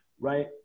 right